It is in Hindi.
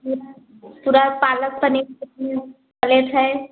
तोड़ तोड़ पालक पनीर कितने रु पलेट है